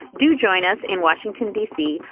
do join us in washington, d c.